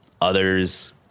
others